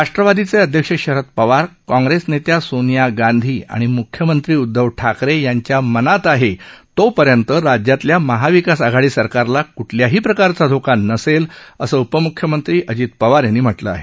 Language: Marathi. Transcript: राष्ट्रवादीचे अध्यक्ष शरद पवार काँग्रेस नेत्या सोनिया गांधी आणि म्ख्यमंत्री उदधव ठाकरे यांच्या मनात आहे तोपर्यंत राज्यातल्या महाविकास आघाडी सरकारला कठल्याही प्रकारचा धोका नसेल असं उपमुख्यमंत्री अजित पवार यांनी म्हटलं आहे